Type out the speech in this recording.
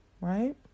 right